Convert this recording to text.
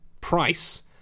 price